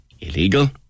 illegal